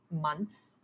months